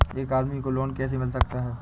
एक आदमी को लोन कैसे मिल सकता है?